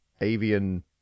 avian